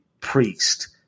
Priest